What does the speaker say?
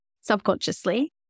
subconsciously